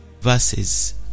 verses